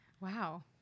Wow